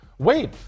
Wait